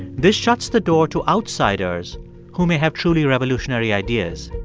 this shuts the door to outsiders who may have truly revolutionary ideas.